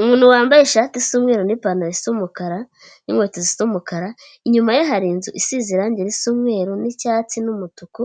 Umuntu wambaye ishati isa umweru n'ipantaro y'umukara n'inkweto zisa umukara, inyuma ye hari inzu isize irangi risa umweru n'icyatsi n'umutuku,